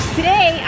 Today